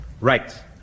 Right